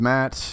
Matt